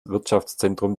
wirtschaftszentrum